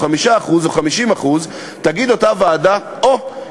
ב-5% או ב-50% תגיד אותה ועדה: אוה,